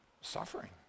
suffering